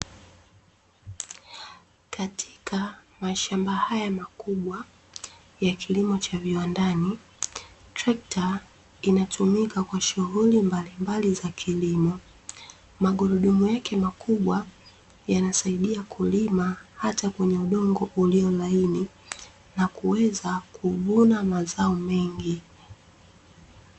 Katika mashamba haya makubwa ya kilimo cha viwandani, trekta inatumika kwa shughuli mbalimbali za kilimo. Magurudumu yake makubwa yanasaidia kulima hata kwenye udongo ulio laini na kuweza kuvuna mazao mengi.